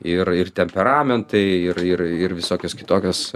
ir ir temperamentai ir ir ir visokios kitokios